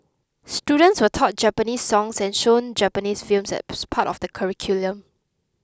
students were taught Japanese songs and shown Japanese films as part of the curriculum